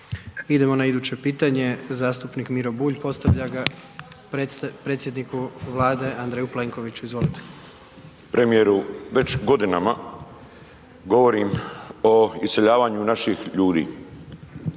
Idemo na iduće pitanje, zastupnik Miro Bulj postavlja ga predsjedniku Vlade Andreju Plenkoviću. Izvolite. **Bulj, Miro (MOST)** Premijeru, već godinama govorim o iseljavanju naših ljudi.